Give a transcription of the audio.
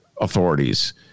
authorities